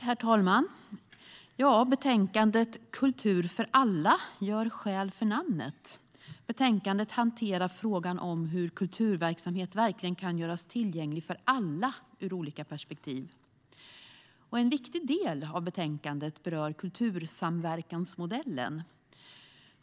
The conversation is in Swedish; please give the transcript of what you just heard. Herr talman! Betänkandet Kultur för alla gör skäl för namnet. Betänkandet hanterar frågan hur kulturverksamhet verkligen kan göras tillgänglig för alla , ur olika perspektiv. En viktig del av betänkandet berör kultursamverkansmodellen.